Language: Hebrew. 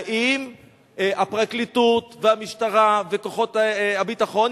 האם הפרקליטות והמשטרה וכוחות הביטחון